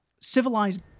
civilized